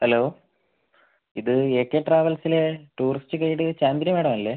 hello ഇത് A K ട്രാവൽസിലെ tourist guide Chandini madam അല്ലേ